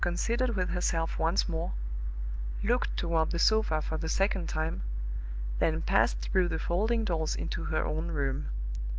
and considered with herself once more looked toward the sofa for the second time then passed through the folding-doors into her own room.